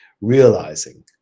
realizing